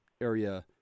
area